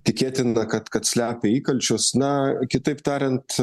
tikėtina kad kad slepia įkalčius na kitaip tariant